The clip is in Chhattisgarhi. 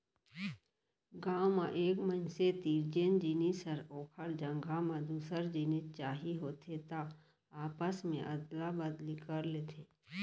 गाँव म एक मनसे तीर जेन जिनिस हे ओखर जघा म दूसर जिनिस चाही होथे त आपस मे अदला बदली कर लेथे